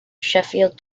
sheffield